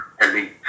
elite